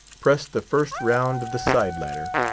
pressed the first round of the side-ladder,